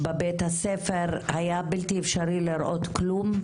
בבית-הספר, היה בלתי אפשרי לראות כלום,